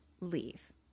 leave